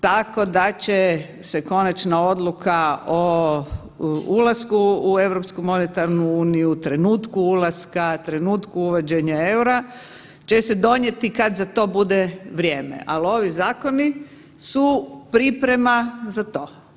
Tako da će se konačna odluka o ulasku u europsku monetarnu uniju, trenutku ulaska, trenutku uvođenja EUR-a će se donijeti kad za to bude vrijeme, ali ovi zakoni su priprema za to.